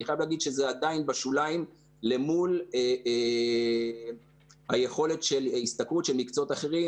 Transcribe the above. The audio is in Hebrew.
אני חייב להגיד שזה עדיין בשוליים למול יכולת השתכרות של מקצועות אחרים,